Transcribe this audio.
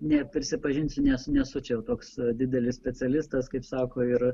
ne prisipažinsiu nes nesu čia jau toks didelis specialistas kaip sako ir